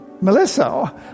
Melissa